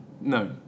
no